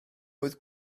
oedd